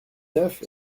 neuf